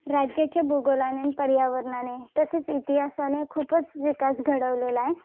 राज्याच्या भूगोलाने पर्यावरणाने तसेच इतिहासाने खूपच विकास घडवलेला आहे